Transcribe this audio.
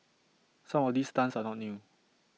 some of these stunts are not new